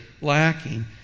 lacking